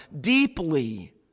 deeply